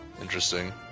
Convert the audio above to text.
Interesting